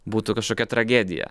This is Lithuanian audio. būtų kažkokia tragedija